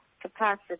capacity